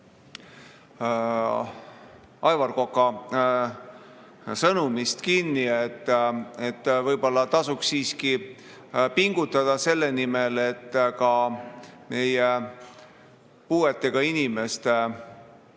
Aivar Koka sõnumist kinni: võib-olla tasuks siiski pingutada selle nimel, et meie puuetega inimeste soovid